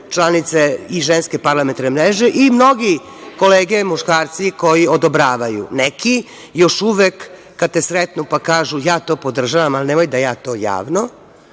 članice i Ženske parlamentarne mreže i mnogi kolege muškarci koji odobravaju. Neki još uvek kad te sretnu, pa kažu – ja to podržavam, ali nemoj da ja to javno,